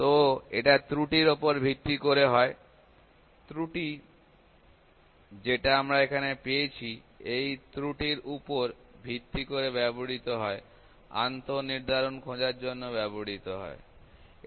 তো এটা ত্রুটির উপর ভিত্তি করে হয় ত্রুটি যেটা এখানে আমরা পেয়েছি এই ত্রুটির উপর ভিত্তি করে ব্যবহৃত হয় আন্ত নির্ধারণ খোঁজার জন্য ব্যবহৃত হয়